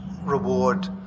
reward